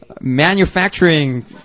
manufacturing